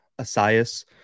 Asias